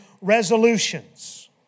resolutions